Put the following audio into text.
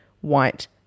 white